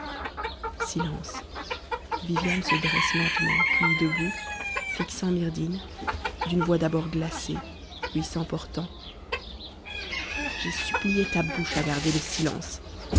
viviane se dresse m k mmm debout fixant jtfy atmm d'une w d'abord glacée puis tm am viviane j'ai supplié ta bouche a gardé le silence